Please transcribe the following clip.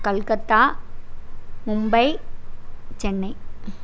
Calcutta Mumbai Chennai